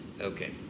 Okay